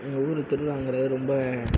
எங்கள் ஊர் திருவிழாங்கிறது ரொம்ப